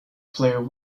player